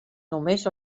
només